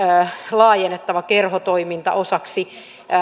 laajennettua osaksi